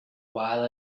while